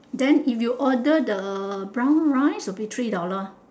then if you order the brown rice it will be three dollar